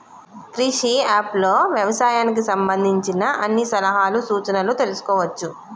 క్రిష్ ఇ అప్ లో వ్యవసాయానికి కావలసిన అన్ని సలహాలు సూచనలు తెల్సుకోవచ్చు